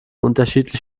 unterschiedlich